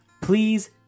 please